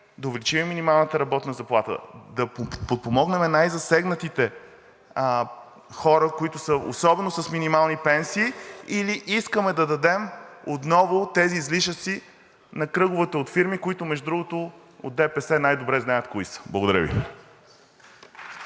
да увеличим минималната работна заплата и да подпомогнем най-засегнатите хора, които са особено с минимални пенсии, или искаме да дадем отново тези излишъци на кръговете от фирми, за които, между другото, от ДПС най-добре знаят кои са? Благодаря Ви.